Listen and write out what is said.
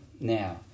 now